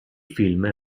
film